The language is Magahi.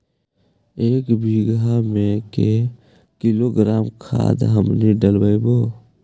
एक बीघा मे के किलोग्राम खाद हमनि डालबाय?